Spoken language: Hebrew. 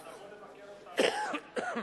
אופיר,